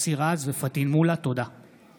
מוסי רז ופטין מולא בנושא: היערכות לאומית